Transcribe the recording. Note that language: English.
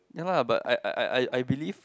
no lah but I I I I I believe